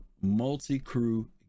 multi-crew